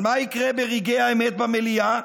אבל מה יקרה ברגעי האמת במליאה?